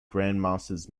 grandmasters